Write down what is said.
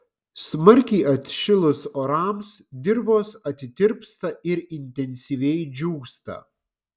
smarkiai atšilus orams dirvos atitirpsta ir intensyviai džiūsta